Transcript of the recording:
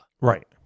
Right